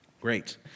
Great